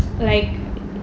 like